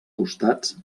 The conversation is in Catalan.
costats